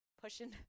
pushing